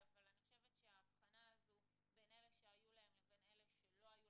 שהתקינו מצלמות מיוזמתם,